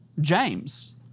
James